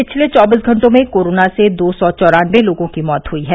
पिछले चौबीस घंटों में कोरोना से दो सौ चौरानबे लोगों की मौत हुई हैं